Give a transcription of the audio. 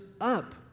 up